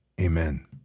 Amen